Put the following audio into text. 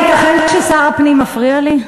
הייתכן ששר הפנים מפריע לי?